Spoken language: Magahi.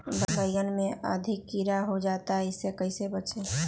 बैंगन में अधिक कीड़ा हो जाता हैं इससे कैसे बचे?